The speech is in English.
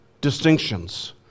distinctions